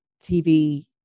TV